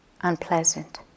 unpleasant